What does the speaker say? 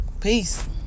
Peace